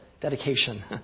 dedication